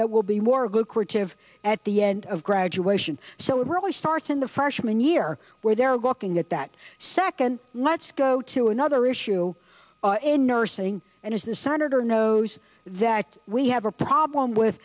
that will be more good creative at the end of graduation so it really starts in the freshman year where they're looking at that second let's go to another issue in nursing and as the senator knows that we have a problem with